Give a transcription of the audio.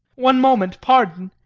one moment, pardon.